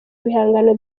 ibihangano